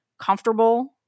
comfortable